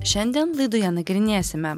šiandien laidoje nagrinėsime